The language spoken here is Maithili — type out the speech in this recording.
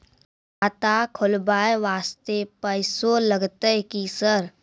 खाता खोलबाय वास्ते पैसो लगते की सर?